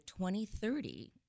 2030